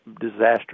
disaster